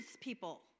people